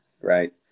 Right